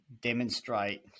demonstrate